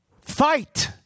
Fight